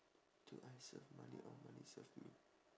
do I serve money or money serve me